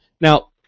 Now